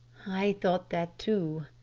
i thought that too,